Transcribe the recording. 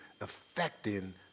affecting